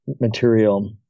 material